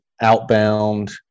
Outbound